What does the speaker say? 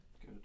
Good